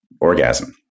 orgasm